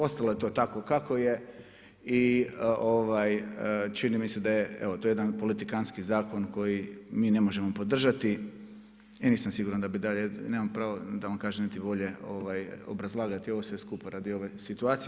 Ostalo je to tako kako je i čini mi se da je evo to jedan politikantski zakon koji mi ne možemo podržati i nisam siguran da bi dalje, nemam pravo da vam kažem niti volje obrazlagati ovo sve skupa radi ove situacije.